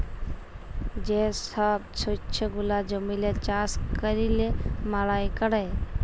যে ছব শস্য গুলা জমিল্লে চাষ ক্যইরে মাড়াই ক্যরে